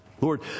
Lord